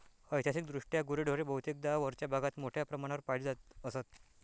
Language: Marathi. ऐतिहासिकदृष्ट्या गुरेढोरे बहुतेकदा वरच्या भागात मोठ्या प्रमाणावर पाळली जात असत